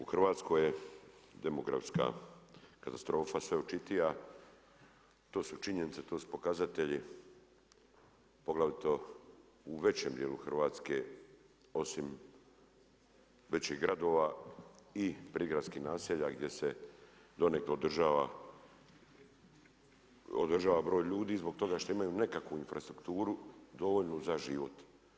U Hrvatskoj je demografska katastrofa sve očitija, to su činjenice, to su pokazatelji poglavito u većem dijelu Hrvatske osim većih gradova i prigradskih naselja gdje se donekle održava broj ljudi zbog toga što imaju nekakvu infrastrukturu dovoljnu za život.